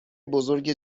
بزرگ